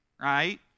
Right